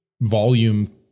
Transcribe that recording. volume